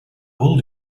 will